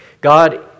God